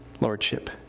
lordship